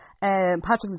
Patrick